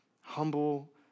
humble